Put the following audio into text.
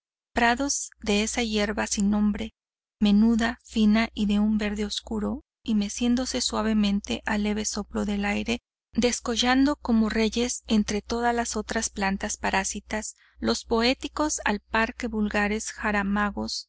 prados de esa hierba sin nombre menuda fina y de un verde oscuro y meciéndose suavemente al leve soplo del aire descollando como reyes entre todas las otras plantas parásitas los poéticos al par que vulgares jaramagos